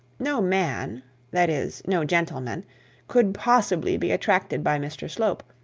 no man that is, no gentleman could possibly be attracted by mr slope,